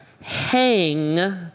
hang